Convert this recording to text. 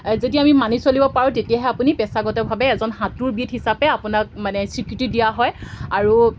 যদি আমি মানি চলিব পাৰোঁ তেতিয়াহে আপুনি পেছাগতভাৱে এজন সাঁতোৰবিদ হিচাপে আপোনাক মানে স্বীকৃতি দিয়া হয় আৰু